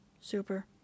super